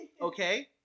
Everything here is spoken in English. Okay